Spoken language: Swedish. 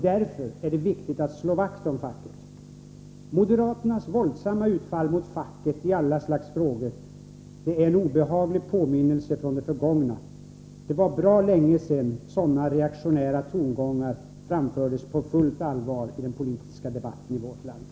Därför är det viktigt att slå vakt om facket. Moderaternas våldsamma utfall mot facket i alla slags frågor är en obehaglig påminnelse om det förgångna. Det var bra länge sedan sådana reaktionära tongångar på fullt allvar framfördes i den politiska debatten i vårt land.